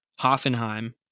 Hoffenheim